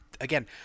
Again